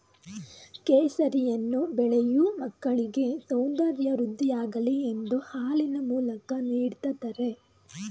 ಕೇಸರಿಯನ್ನು ಬೆಳೆಯೂ ಮಕ್ಕಳಿಗೆ ಸೌಂದರ್ಯ ವೃದ್ಧಿಯಾಗಲಿ ಎಂದು ಹಾಲಿನ ಮೂಲಕ ನೀಡ್ದತರೆ